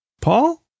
Paul